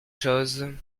choses